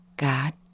God